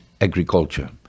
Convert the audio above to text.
agriculture